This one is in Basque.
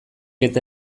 eta